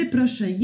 Proszę